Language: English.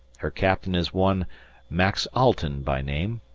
her captain is one max alten by name.